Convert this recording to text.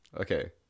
Okay